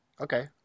Okay